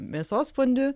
mėsos fondiu